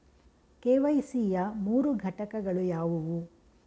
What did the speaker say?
KYC ಯ ಮೂರು ಘಟಕಗಳು ಯಾವುವು?